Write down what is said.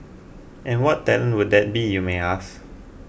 and what talent would that be you may ask